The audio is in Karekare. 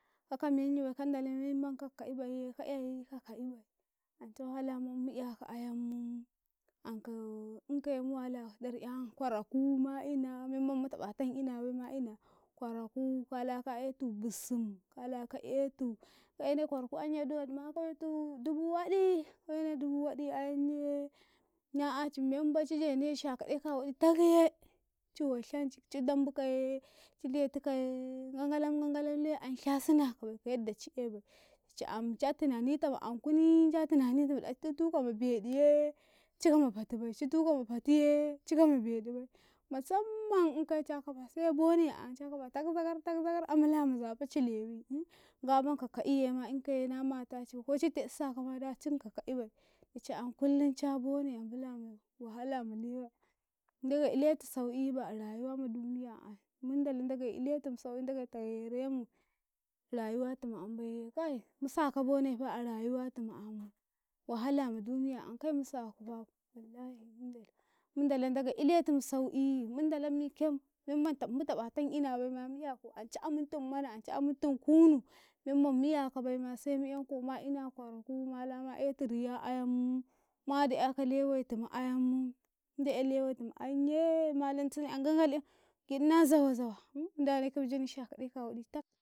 ﻿kaka menyibai memman kakka'ibaiye ka'yai ka ka'ibai ance wahala mammu 'yaka ayammu ankau inkaye mu wala adar'yan kwaraku ma ina memman mutaƃatan inabai ma ina kwaraku kwala ka aetu bussum kala ka aetu ka aene kwaraku yanye dowodima ka aetu dubu waɗi kawene dubu waɗi anye na aci membai ci janene shakaɗeka wadi takaye ciwo shan cik ci dambu kaye ci leti kaye gangalan-gangalan lewai ain shasina kabai ka yadda ci abai ciam catuni ta ma ankunii catinanita ma ɗaci ci tuka ma beɗiyee cika ma fatibai citukama fatiye cika ma beɗibai musamman inkaye ca kafa se bone ance kaba tagza gar-tagzagar ambula ma nzafaci lewi ngaman ka ka'iyema inkaye na matacibai ko ci ted sakayema da cin ka ka'ibai dici an kullun ca bone ambulama wahala ma lewai, ndagei uetu sau'iba a rayuwama sau'i ndagei tayerumu rauwatumu am baiye kai mu saka bone fa a rayuwatum am wahala ma duniya am kai musaka fa, wallahi mun ndalan dagai iletum sau'ii, mundala mike memman mu takantan inabaima mu'yako ance amuntum mana, ance amuntun kunu memman mu'yaka baima semu 'yanke ma ina kwaraku malama aetu riya ainyan mala'yaka lewai tumu aim mu da ae lewetumu yanye ma lansune an gagalyan gid na zawa zawa mun danekaye mu jani shakade kawaɗi tak.